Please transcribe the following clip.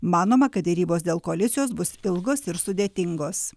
manoma kad derybos dėl koalicijos bus ilgos ir sudėtingos